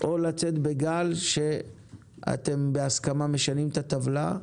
או לצאת בגל שאתם בהסכמה משנים את הטבלה.